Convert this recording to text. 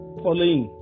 following